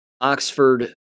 Oxford